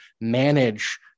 manage